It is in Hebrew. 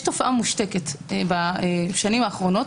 יש תופעה מושתקת בשנים האחרונות,